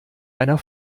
einer